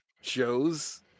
shows